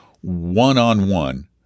one-on-one